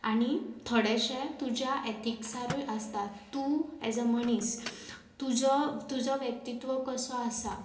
आनी थोडेशे तुज्या एथीक्सारूय आसता तूं एज अ मनीस तुजो तुजो व्यक्तित्व कसो आसा